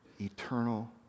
eternal